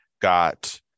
got